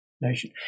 nation